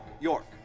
York